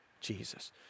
Jesus